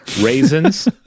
raisins